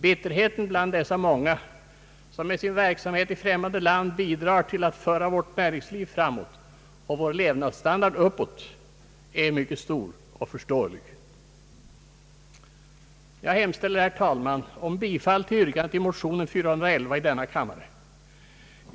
Bitterheten bland dessa många, som med sin verksamhet i främmande land bidrar till att föra vårt näringsliv framåt och vår levnadsstandard uppåt, är mycket stor och förståelig. Jag hemställer, herr talman, om bifall till yrkandet i motion I: 411.